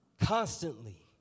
Constantly